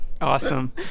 awesome